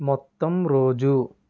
మొత్తం రోజు